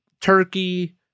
turkey